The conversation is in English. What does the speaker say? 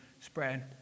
spread